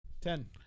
Ten